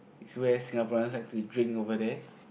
it's where Singaporeans like to drink over there